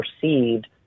perceived